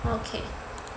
okay